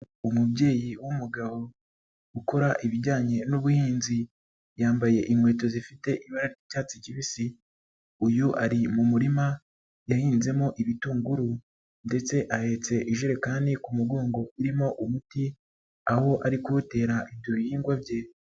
Umubyeyi w'umugabo ukora ibijyanye n'ubuhinzi, yambaye inkweto zifite ibara ry'icyatsi kibisi ,uyu ari mu murima yahinzemo ibitunguru, ndetse ahetse ijerekani ku mugongo irimo umuti ,aho ari kuwutera ibyo bihingwa bye.